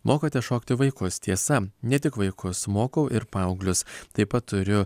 mokote šokti vaikus tiesa ne tik vaikus mokau ir paauglius taip pat turiu